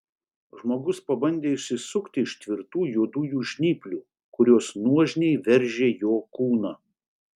žmogus pabandė išsisukti iš tvirtų juodųjų žnyplių kurios nuožmiai veržė jo kūną